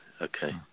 okay